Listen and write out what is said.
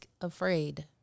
afraid